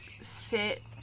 sit